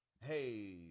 hey